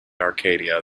arcadia